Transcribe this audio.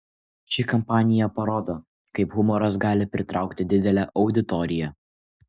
ši kampanija parodo kaip humoras gali pritraukti didelę auditoriją